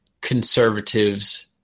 conservatives